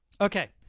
Okay